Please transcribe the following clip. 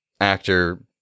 actor